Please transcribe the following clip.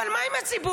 אבל מה עם הציבור?